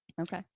Okay